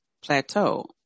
plateau